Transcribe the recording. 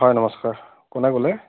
হয় নমস্কাৰ কোনে ক'লে